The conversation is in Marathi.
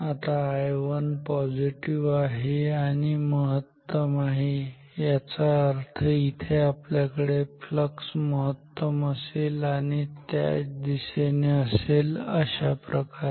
आता I1 पॉझिटिव्ह आहे आणि महत्तम आहे याचा अर्थ इथे आपल्याकडे फ्लक्स महत्तम असेल आणि त्याच दिशेने असेल अशाप्रकारे